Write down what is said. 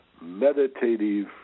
meditative